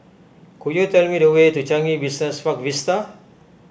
could you tell me the way to Changi Business Park Vista